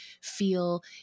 feel